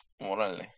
Morale